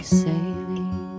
sailing